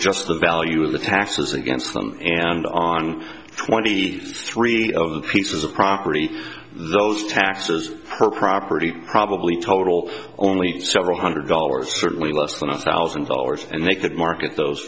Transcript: just the value of the taxes against them and on twenty three pieces of property those taxes per property probably total only several hundred dollars for less than a thousand dollars and they could market those